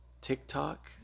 TikTok